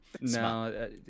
no